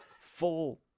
full